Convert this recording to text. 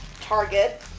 target